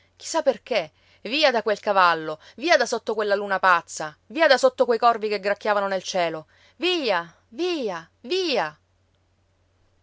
sa perché via da quel cavallo via da sotto quella luna pazza via da sotto quei corvi che gracchiavano nel cielo via via via